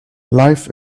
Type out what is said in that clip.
life